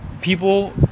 people